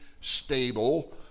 stable